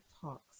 talks